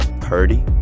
Purdy